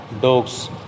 dogs